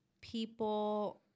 people